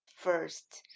First